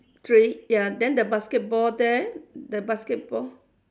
three ya then the basketball there the basketball